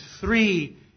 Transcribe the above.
three